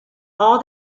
all